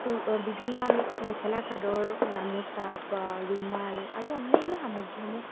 চোৰ বিভিন্ন আমি মেখেলা চাদৰ গামোচা ৰুমাল আৰু অন্যান্য সামগ্ৰীসমূহ